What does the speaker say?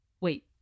Wait